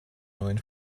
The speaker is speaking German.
neuen